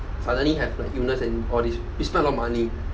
finally have illness and all this we spent a lot of money